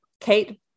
Kate